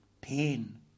pain